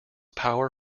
power